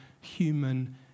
human